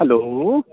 hello